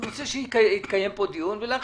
אני רוצה שיתקיים כאן דיון ולהחליט.